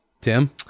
Tim